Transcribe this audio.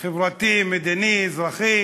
חברתי, מדיני, אזרחי,